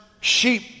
sheep